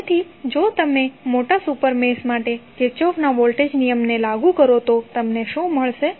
તેથી જો તમે મોટા સુપર મેશ માટે કિર્ચોફના વોલ્ટેજ નિયમને લાગુ કરો તો તમને શું મળશે